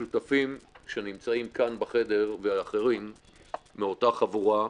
השותפים שנמצאים כאן בחדר, ואחרים מאותה חבורה,